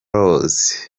rose